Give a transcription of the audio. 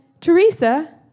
Teresa